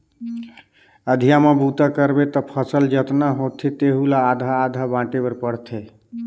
अधिया म बूता करबे त फसल जतना होथे तेहू ला आधा आधा बांटे बर पड़थे